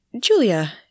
Julia